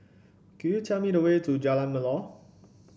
could you tell me the way to Jalan Melor